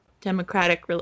democratic